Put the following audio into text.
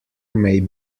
may